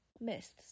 myths